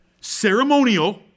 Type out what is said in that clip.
ceremonial